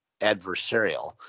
adversarial